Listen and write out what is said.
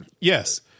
Yes